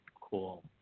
cool